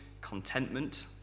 contentment